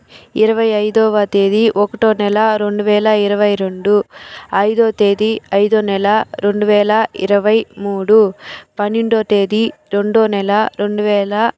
ఇరవై ఐదవ తేదీ ఒకటో నెల రెండువేల ఇరవై రెండు ఐదవ తేదీ ఐదో నెల రెండువేల ఇరవై మూడు పన్నెండువ తేదీ రెండో నెల రెండు వేల